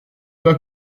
pas